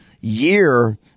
year